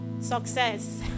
success